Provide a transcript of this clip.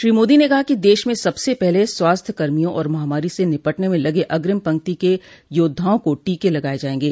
श्री मोदी ने कहा कि देश में सबसे पहले स्वास्थ्य कर्मियों और महामारी से निपटने में लगे अग्रिम पंक्ति के योद्धाओं को टीके लगाये जायेंगे